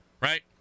right